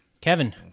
Kevin